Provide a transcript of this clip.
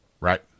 Right